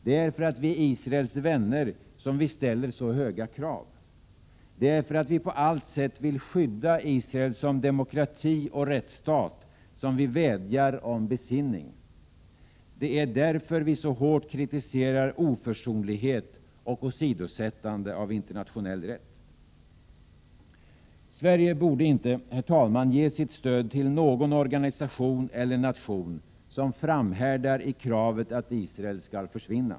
Det är för att vi är Israels vänner som vi ställer så höga krav. Det är för att vi på allt sätt vill skydda Israel som demokrati och rättsstat som vi vädjar om besinning. Det är därför vi så hårt kritiserar oförsonlighet och åsidosättande av internationell rätt. Sverige borde inte, herr talman, ge sitt stöd till någon organisation eller nation som framhärdar i kravet att Israel skall försvinna.